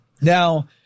Now